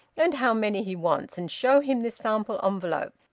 and how many he wants, and show him this sample envelope.